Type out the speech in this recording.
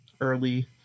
early